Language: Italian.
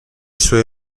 sue